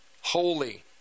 holy